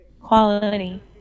Quality